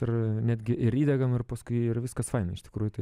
ir netgi ir įdegam ir paskui ir viskas faina iš tikrūjų tai